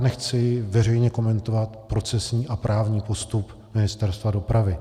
Nechci veřejně komentovat procesní a právní postup Ministerstva dopravy.